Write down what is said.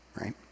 right